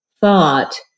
thought